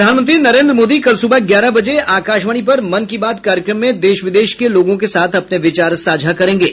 प्रधानमंत्री नरेन्द्र मोदी कल सूबह ग्यारह बजे आकाशवाणी पर मन की बात कार्यक्रम में देश विदेश के लोगों के साथ अपने विचार साझा करेंगे